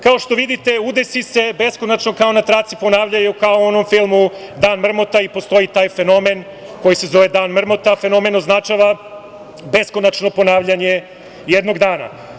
Kao što vidite udesi se beskonačno, kao na traci ponavljaju kao u onom filmu „Dan mrmota“ i postoji taj fenomen koji se zove Dan mrmota, a fenomen označava beskonačno ponavljanje jednog dana.